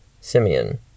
Simeon